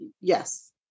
Yes